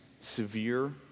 severe